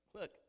look